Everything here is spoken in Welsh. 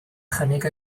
chynnig